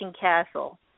Castle